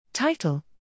Title